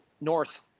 North